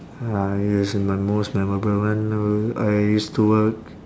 uh it's my most memorable one know I used to work